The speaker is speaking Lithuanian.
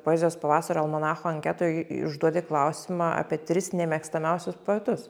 poezijos pavasario almanacho anketoj užduodi klausimą apie tris nemėgstamiausius poetus